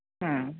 ആ